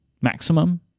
maximum